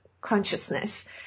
consciousness